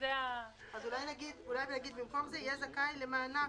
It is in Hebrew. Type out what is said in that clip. אולי נגיד במקום זה יהיה זכאי למענק?